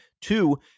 Two